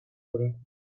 worden